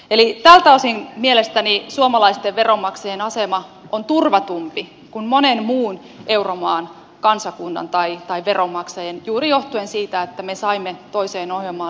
eli tältä osin mielestäni suomalaisten veronmaksajien asema on turvatumpi kuin monen muun euromaan kansakunnan tai veronmaksajien johtuen juuri siitä että me saimme toiseen ohjelmaan liitettyä vakuudet